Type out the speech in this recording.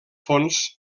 fons